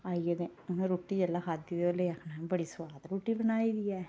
आइयै ते उ'नें रुट्टी जेल्लै खाद्धी ते ओह् लगे आक्खना ऐहें बड़ी सोआद रुट्टी बनाई दी ऐ